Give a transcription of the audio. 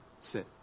sit